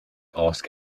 ask